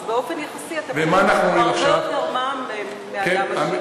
אז באופן יחסי אתה משלם הרבה יותר מע"מ מאדם עשיר.